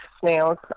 snails